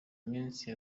iminsi